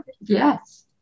yes